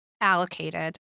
allocated